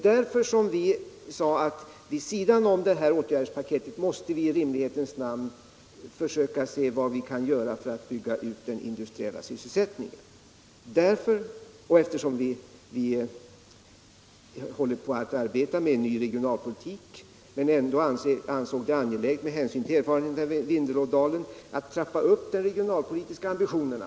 Därför mäste vi i rimlighetens namn se vad vi kan göra för att bygga ut den industriella sysselsättningen, vid sidan av detta åtgärdspaket. Vi håller på att utarbeta en ny regionalpolitik men ansåg det ändå angeläget, med hänsyn till erfarenheterna I Vindelådalen, att trappa upp de regionalpolitiska ambitionerna.